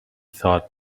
thought